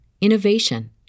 innovation